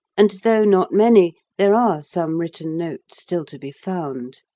and, though not many, there are some written notes still to be found.